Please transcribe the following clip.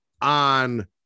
on